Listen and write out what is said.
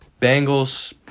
Bengals